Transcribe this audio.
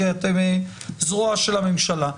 כי אתם זרוע של הממשלה.